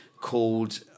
called